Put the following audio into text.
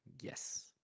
Yes